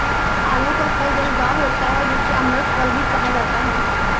आलू का फल रसदार होता है जिसे अमृत फल भी कहा जाता है